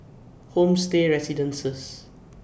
Homestay Residences